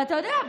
ואתה יודע,